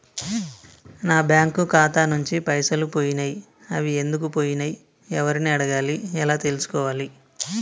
నా బ్యాంకు ఖాతా నుంచి పైసలు పోయినయ్ అవి ఎందుకు పోయినయ్ ఎవరిని అడగాలి ఎలా తెలుసుకోవాలి?